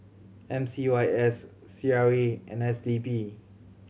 M C Y S C R A and S D P